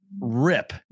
rip